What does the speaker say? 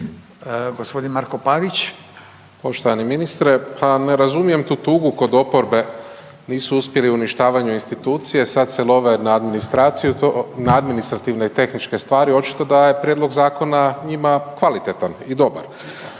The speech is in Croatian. **Pavić, Marko (HDZ)** Poštovani ministre, pa ne razumijem tu tugu kod oporbe, nisu uspjeli u uništavanju institucije, sad se love na administraciju, na administrativne i tehničke stvari, očito da je prijedlog zakona njima kvalitetan i dobar.